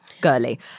girly